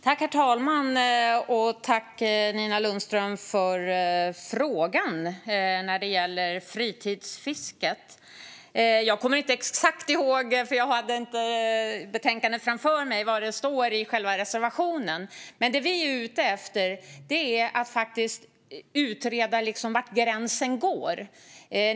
Herr talman! Jag tackar Nina Lundström för frågan när det gäller fritidsfisket. Jag kommer inte ihåg exakt vad som står i reservationen, eftersom jag inte hade betänkandet framför mig. Men det som vi är ute efter är att faktiskt utreda var gränsen går.